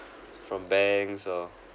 from banks or